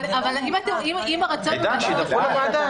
אבל הרצון הוא --- עידן, שידווחו לוועדה.